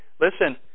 listen